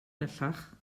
bellach